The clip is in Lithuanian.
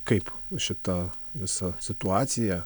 kaip šita visa situacija